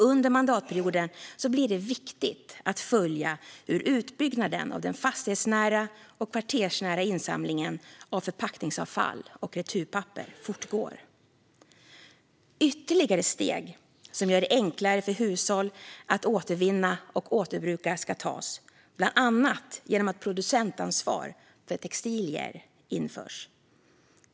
Under mandatperioden blir det viktigt att följa hur utbyggnaden av den fastighetsnära och kvartersnära insamlingen av förpackningsavfall och returpapper fortgår. Ytterligare steg som gör det enklare för hushåll att återvinna och återbruka ska tas, bland annat genom att producentansvar för textilier införs.